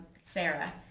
Sarah